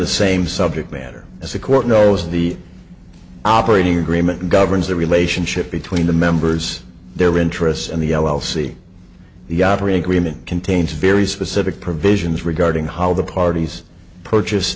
the same subject matter as the court knows the operating agreement governs the relationship between the members their interests and the l l c the operating agreement contains very specific provisions regarding how the parties purchase